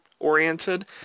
oriented